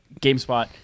GameSpot